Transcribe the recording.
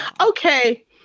Okay